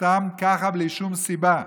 סתם ככה, בלי שום סיבה.